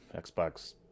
Xbox